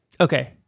Okay